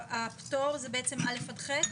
הפטור זה בעצם א עד ח?